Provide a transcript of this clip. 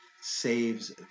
saves